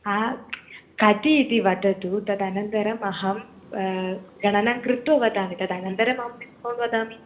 कति इति वदतु तदनन्तरम् अहं गणनं कृत्वा वदामि तदनन्तरमहं डिस्कौण्ट् वदामि